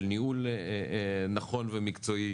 של ניהול נכון ומקצועי,